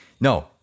No